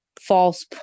false